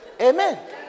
Amen